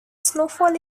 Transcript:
snowfall